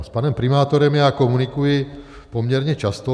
S panem primátorem já komunikuji poměrně často.